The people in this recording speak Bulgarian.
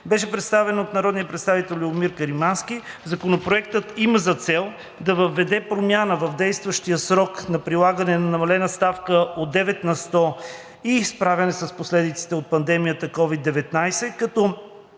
беше представен от народния представител Любомир Каримански. Законопроектът има за цел да въведе промяна в действащия срок за прилагането на намалена ставка от 9 на сто и справяне с последиците от пандемията от COVID-19, като